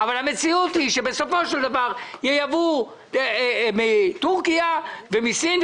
אבל המציאות היא שבסופו של דבר ייבאו מטורקיה ומסין,